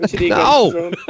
No